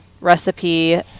recipe